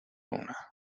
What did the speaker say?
una